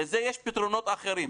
לזה יש פתרונות אחרים.